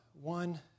one